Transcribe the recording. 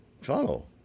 Follow